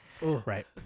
Right